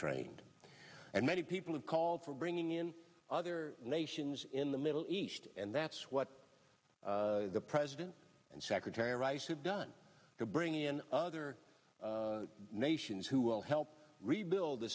trained and many people have called for bringing in other nations in the middle east and that's what the president and secretary rice have done to bring in other nations who will help rebuild the